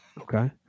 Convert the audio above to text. Okay